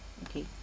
okay